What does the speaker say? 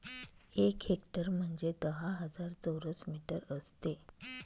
एक हेक्टर म्हणजे दहा हजार चौरस मीटर असते